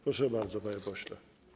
Proszę bardzo, panie pośle.